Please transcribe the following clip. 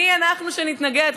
מי אנחנו שנתנגד,